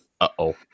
uh-oh